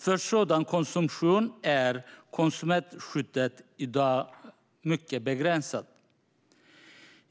För sådan konsumtion är konsumentskyddet i dag mycket begränsat.